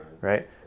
right